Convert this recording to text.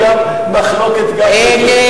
יש מחלוקת גם בזה.